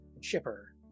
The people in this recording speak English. shipper